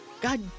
God